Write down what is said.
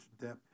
depth